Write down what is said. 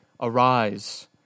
arise